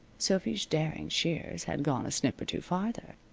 sophy's daring shears had gone a snip or two farther.